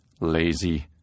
lazy